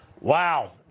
Wow